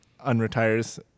unretires